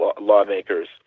lawmakers